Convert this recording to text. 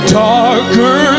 darker